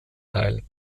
teil